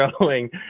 growing